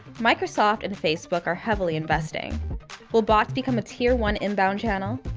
microsoft and facebook are heavily investing will bots become a tier one inbound channel?